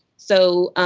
so,